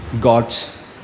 God's